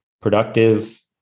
productive